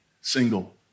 single